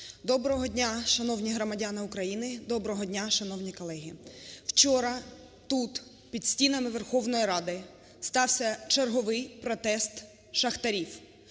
Доброго дня, шановні громадяни України, доброго дня, шановні колеги! Вчора тут, під стінами Верховної Ради, стався черговий протест шахтарів.